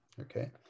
okay